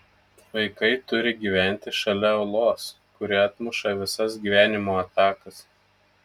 vaikai turi gyventi šalia uolos kuri atmuša visas gyvenimo atakas